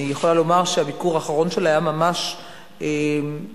אני יכולה לומר שהביקור שלה היה ממש לאחרונה,